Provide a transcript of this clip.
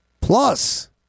Plus